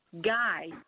guy